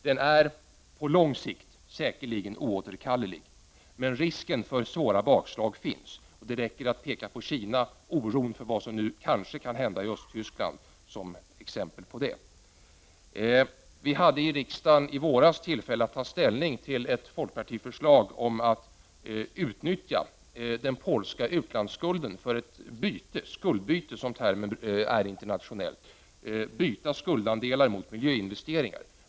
Den är på lång sikt säkerligen oåterkallelig, men risken för svåra bakslag finns. Det räcker att peka på Kina och på oron för vad som kan hända i Östtyskland som exempel på detta. I våras hade riksdagen tillfälle att ta ställning till ett folkpartiförslag om att utnyttja den polska utlandsskulden för ett skuldbyte, som termen lyder internationellt, ett byte av skuldandelar mot miljöinvesteringar.